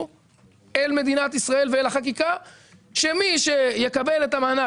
אל מדינת ישראל ואל החקיקה שמי שיקבל את המענק